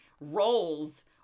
roles